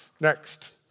Next